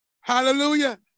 Hallelujah